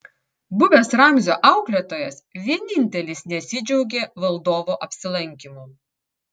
buvęs ramzio auklėtojas vienintelis nesidžiaugė valdovo apsilankymu